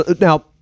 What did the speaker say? now